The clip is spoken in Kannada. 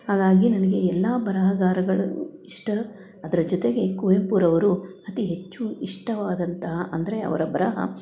ಹಾಗಾಗಿ ನನಗೆ ಎಲ್ಲ ಬರಹಗಾರಗಳು ಇಷ್ಟ ಅದರ ಜೊತೆಗೆ ಕುವೆಂಪುರವರು ಅತಿ ಹೆಚ್ಚು ಇಷ್ಟವಾದಂತ ಅಂದರೆ ಅವರ ಬರಹ